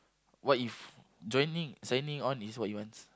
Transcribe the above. what if joining signing on is what he wants